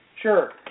Sure